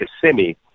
Kissimmee